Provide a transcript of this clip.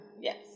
Yes